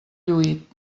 lluït